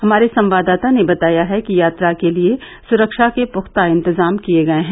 हमारे संवाददाता ने बताया है कि यात्रा के लिए सुरक्षा के पुख्ता इंतजाम किए गए हैं